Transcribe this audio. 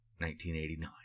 1989